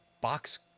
box